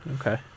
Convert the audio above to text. Okay